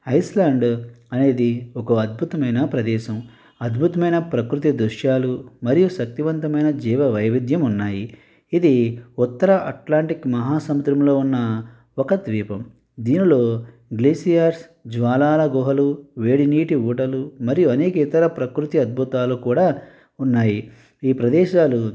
Iceland అనేది ఒక అద్భుతమైన ప్రదేశం అద్భుతమైన ప్రకృతి దృశ్యాలు మరియు శక్తివంతమైన జీవవైవిధ్యం ఉన్నాయి ఇది ఉత్తర అట్లాంటిక్ మహాసముద్రంలో ఉన్న ఒక ద్వీపం దీనిలో గ్లేసియార్స్ జ్వాలాల గుహలు వేడినీటి ఊడలు మరియు అనేక ఇతర ప్రకృతి అద్భుతాలు కూడా ఉన్నాయి ఈ ప్రదేశాలు